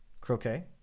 Croquet